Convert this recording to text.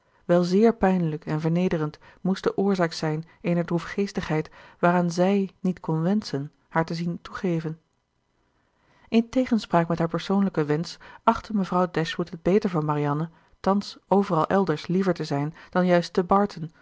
wel zéér pijnlijk en vernederend moest de oorzaak zijn eener droefgeestigheid waaraan zij niet kon wenschen haar te zien toegeven in tegenspraak met haar persoonlijken wensch achtte mevrouw dashwood het beter voor marianne thans overal elders liever te zijn dan juist te barton